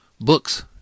books